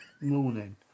morning